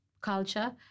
culture